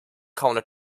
counter